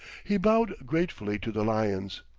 he bowed gratefully to the lions,